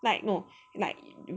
like no like